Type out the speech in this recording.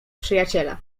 przyjaciela